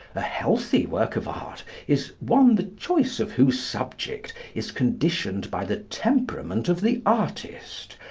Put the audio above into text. a healthy work of art is one the choice of whose subject is conditioned by the temperament of the artist,